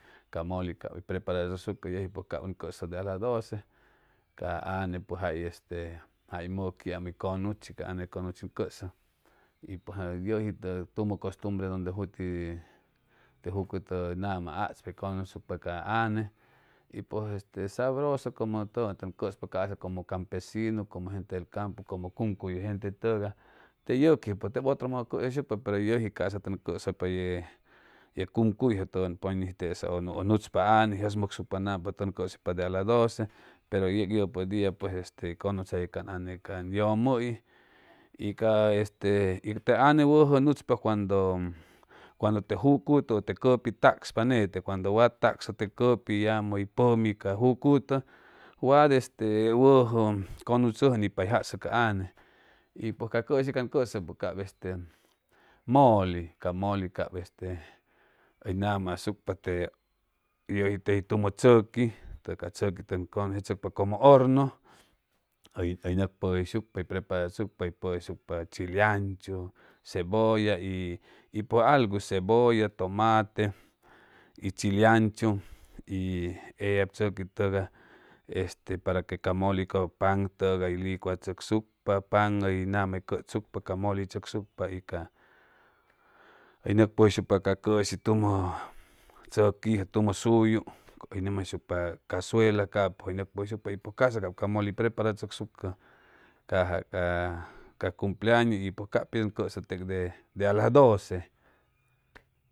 Ca moli cab ti preparatsocsuco cab en coso de alas doce. Ca ange pues jay moguamu o coguchan ca ange coguchi en coso y pues yeji te tumo costumbre donde juti te jucto gamol atspa oy conuscopa ca ange pues este sabroso como touang tecsopa caso como campesigu como gente del campu como cumcuj ye gente togay te yegujupo teb otro modo en tsosuçhucpa pero yeji casa cosopa ye tumoy poy ñoji este o gutspa ange en yesmescucpa napa toj tsosjpa de alas doce pero tegi pipo dia pues este conjuntosu comonge conguijo te jucto o de cepi tascpa nede congato wa tasco te copi gamo oy pumi cajucuto wad este wejo cogutso nj pay joso cay ong pues can cushi cong coso cab este moli ca tumo tsocupa pera tsocuj tong congestosucpa como oj gocpogsihucpa preparatsocsuco poyonghucpa chilangchu cebolla y pues algu cebolla tomate y chilangchu y ellab tsocuj togay este para que camo am moli poy togay oy licuatsocsucpa pay oj gamo oy coljucupa ca moli tsocupa gocpogsucpa ca cushi tumo tsogujjo tumo suyu o gamojuscupa casuela capo oy caja ca cumpleaños cab pi tong coso tec de alas doce